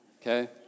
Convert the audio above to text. okay